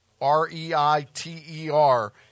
R-E-I-T-E-R